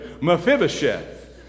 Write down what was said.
Mephibosheth